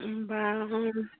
होनबा